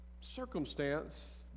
circumstance